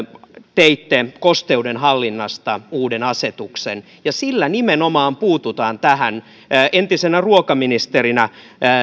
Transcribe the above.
teitte kosteudenhallinnasta uuden asetuksen ja sillä nimenomaan puututaan tähän entisenä ruokaministerinä